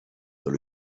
dans